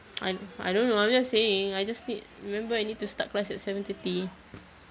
I I don't know I'm just saying I just need remember I need to start class at seven thirty